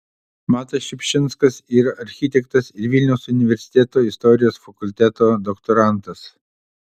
matas šiupšinskas yra architektas ir vilniaus universiteto istorijos fakulteto doktorantas